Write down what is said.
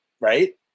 right